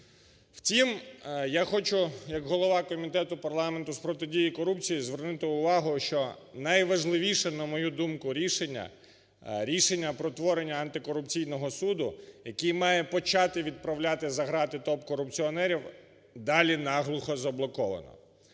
Втім, я хочу як голова Комітету парламенту з протидії корупції звернути увагу, що найважливіше, на мою думку, рішення, рішення про творення Антикорупційного суду, який має почати відправляти за грати топ-корупціонерів, далі наглухо заблоковано.